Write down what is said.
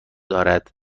دارد